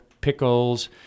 pickles